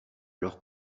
leurs